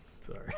Sorry